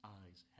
eyes